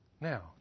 Now